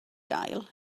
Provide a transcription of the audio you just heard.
gael